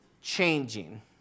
changing